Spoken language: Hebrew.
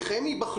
איך הם ייבחנו,